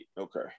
okay